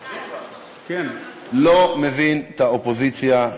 אני לא מבין את האופוזיציה,